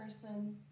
person